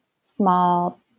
small